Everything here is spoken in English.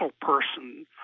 person